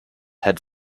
had